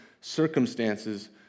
circumstances